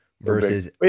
versus